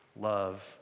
love